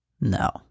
No